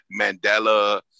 Mandela